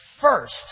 first